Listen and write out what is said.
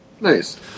Nice